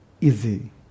Easy